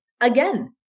again